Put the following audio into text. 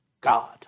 God